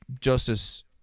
justice